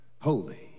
Holy